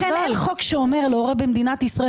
לכן אין חוק שאומר להורה במדינת ישראל